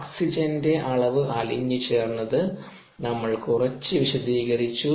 ഓക്സിജന്റെ അളവ് അലിഞ്ഞു ചേർന്നതു നമ്മൾ കുറച്ച് വിശദീകരിച്ചു